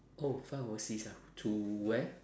oh fly overseas ah to where